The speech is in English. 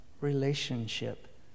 relationship